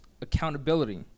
accountability